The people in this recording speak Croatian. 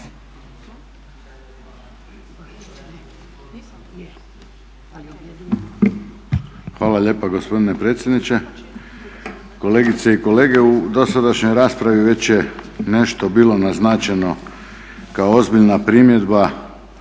Hvala lijepa gospodine predsjedniče, kolegice i kolege. U dosadašnjoj raspravi već je nešto bilo naznačeno kao ozbiljna primjedba